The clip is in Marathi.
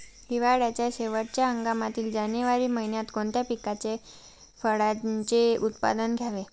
हिवाळ्याच्या शेवटच्या हंगामातील जानेवारी महिन्यात कोणत्या पिकाचे, फळांचे उत्पादन घ्यावे?